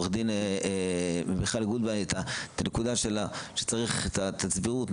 עורך הדין מיכאל גוטוויין את הנקודה שצריך את הסבירות,